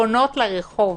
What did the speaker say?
שפונות לרחוב.